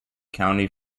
county